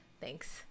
thanks